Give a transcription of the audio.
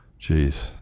Jeez